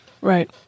Right